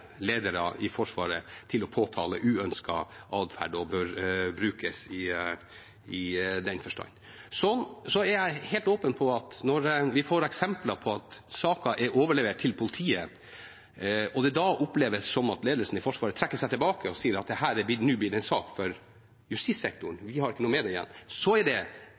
ledere i Forsvaret til å påtale uønsket atferd og bør brukes i den forstand. Jeg er helt åpen på at når vi får eksempler på at saker er overlevert til politiet, og det da oppleves som at ledelsen i Forsvaret trekker seg tilbake og sier at dette nå er blitt en sak for justissektoren, og at man ikke har noe med det å gjøre, så er det